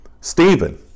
Stephen